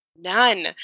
None